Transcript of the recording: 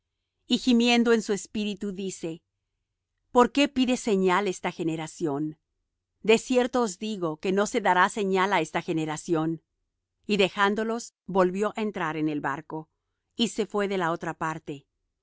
gimiendo en su espíritu dice por qué pide señal esta generación de cierto os digo que no se dará señal á esta generación y dejándolos volvió á entrar en el barco y se fué de la otra parte